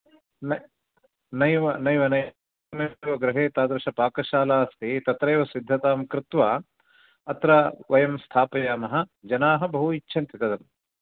नै नैव नैव गृहे तादृशपाकशाला अस्ति तत्रैव सिद्धतां कृत्वा अत्र वयं स्थापयामः जनाः बहु इच्छन्ति तत्